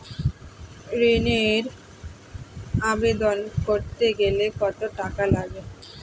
ঋণের আবেদন করতে গেলে কত টাকা লাগে?